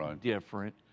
different